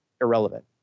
irrelevant